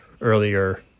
earlier